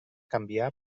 canviar